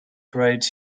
writes